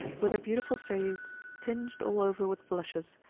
with her beautiful face tinged all over with blushes,